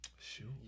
shoot